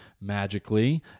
magically